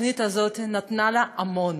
התוכנית הזאת נתנה לה המון.